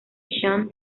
chan